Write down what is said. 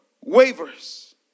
wavers